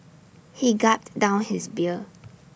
he gulped down his beer